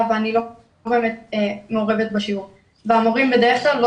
ואני לא באמת מעורבת בשיעור והמורים בדרך כלל לא